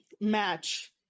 match